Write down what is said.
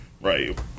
Right